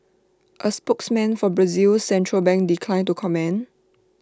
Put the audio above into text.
A spokesman for Brazil's central bank declined to comment